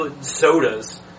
sodas